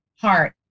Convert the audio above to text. heart